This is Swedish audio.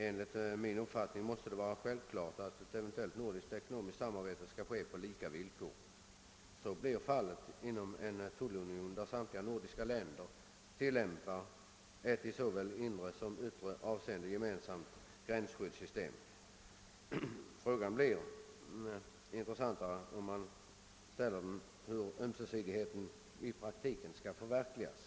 Enligt min uppfattning måste ett eventuellt nordiskt samarbete komma : till stånd på lika villkor. Så är fallet inom en nordisk tullunion där samtliga nordiska länder tillämpar ett i såväl yttre som inre avseende gemensamt gränsskyddssystem. ; Problemet blir intressantare om man frågar hur ömsesidigheten i praktiken skall förverkligas.